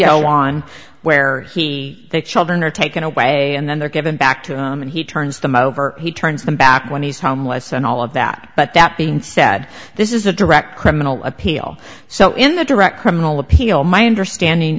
know on where he they children are taken away and then they're given back to him he turns them over he turns them back when he's homeless and all of that but that being said this is a direct criminal appeal so in the direct criminal appeal my understanding